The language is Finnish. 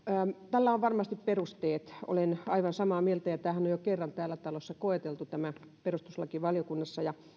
tällä on varmasti perusteet olen aivan samaa mieltä ja tämähän on jo kerran täällä talossa koeteltu perustuslakivaliokunnassa